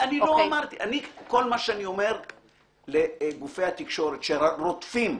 כל מה שאני אומר לגופי התקשורת שרודפים,